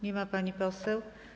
Nie ma pani poseł.